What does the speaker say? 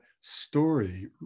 story